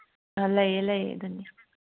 ꯑꯥ ꯂꯩꯌꯦ ꯂꯩꯌꯦ ꯑꯗꯨꯅꯤ